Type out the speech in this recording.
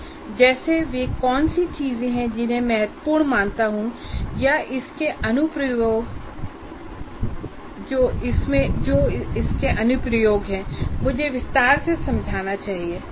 जैसे वे कौन सी चीजें हैं जिन्हें मैं महत्वपूर्ण मानता हूं या इसके अनुप्रयोग मुझे विस्तार से समझाना चाहिए